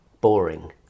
boring